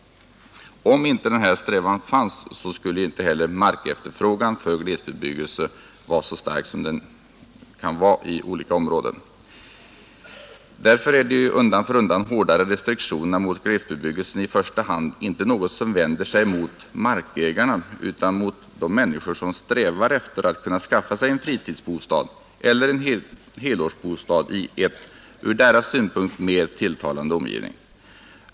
Om inte denna strävan fanns, skulle inte heller markefterfrågan för glesbebyggelse vara så stark som den kan vara i olika områden. Därför är de undan för undan hårdare restriktionerna mot glesbebyggelsen i första hand något som vänder sig inte mot markägarna utan mot de människor som strävar efter att kunna skaffa sig en fritidsbostad eller en helårsbostad i en från deras synpunkt mera tilltalande omgivning.